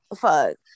fuck